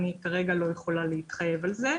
כרגע אני לא יכולה להתחייב על זה.